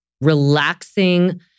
relaxing